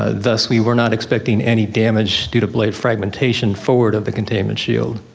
ah thus we were not expecting any damage due to blade fragmentation forward of the containment shield.